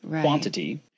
quantity